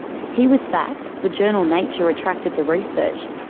he was sacked, the journal nature retracted the research,